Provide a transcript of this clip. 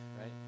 right